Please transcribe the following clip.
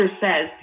says